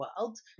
world